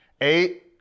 eight